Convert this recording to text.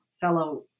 fellow